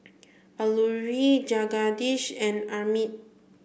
Alluri Jagadish and Amit